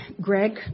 Greg